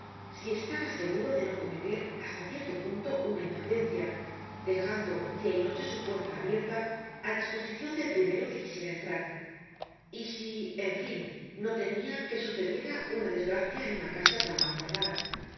si estaba seguro de no cometer hasta cierto punto una imprudencia dejando dia y noche su puerta abierta á disposicion del primero que quisiera entrar y si en fin no temia que sucediera una desgracia en una casa tan mal guardada el